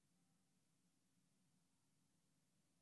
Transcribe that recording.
הצעת